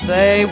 Say